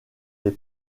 des